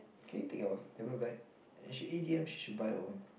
can you take your tablet back then she in the end she should buy her own